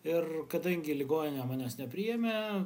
ir kadangi ligoninė manęs nepriėmė